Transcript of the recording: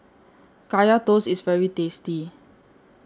Kaya Toast IS very tasty